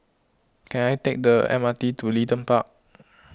can I take the M R T to Leedon Park